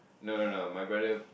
no no no my brother